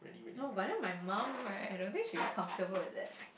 no but then my mum right I don't think she will be comfortable with that